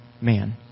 man